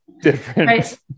different